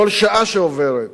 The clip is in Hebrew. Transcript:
כל שעה שעוברת,